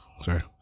Sorry